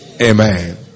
Amen